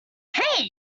hey